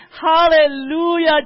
hallelujah